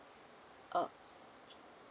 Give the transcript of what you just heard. uh